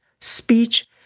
speech